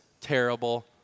terrible